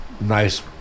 nice